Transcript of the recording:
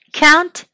count